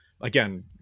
again